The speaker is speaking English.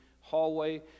hallway